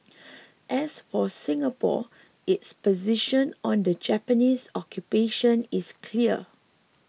as for Singapore its position on the Japanese occupation is clear